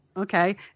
Okay